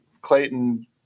Clayton